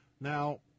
Now